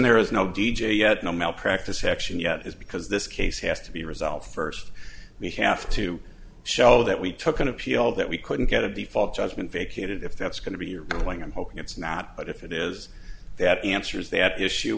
there is no d j yet no malpractise action yet is because this case has to be resolved first we have to show that we took an appeal that we couldn't get a default judgment vacated if that's going to be a ruling i'm hoping it's not but if it is that answers that issue